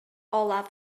olaf